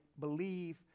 believe